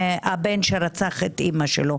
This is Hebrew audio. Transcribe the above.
הבן שרצח את אימו.